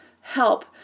help